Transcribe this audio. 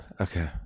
okay